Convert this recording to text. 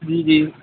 ਹਾਂਜੀ